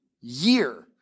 year